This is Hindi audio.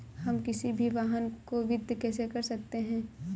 हम किसी भी वाहन को वित्त कैसे कर सकते हैं?